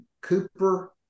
Cooper